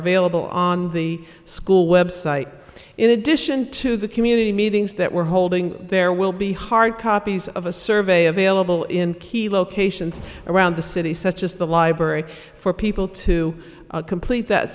available on the school website in addition to the community meetings that we're holding there will be hard copies of a survey available in key locations around the city such as the library for people to complete that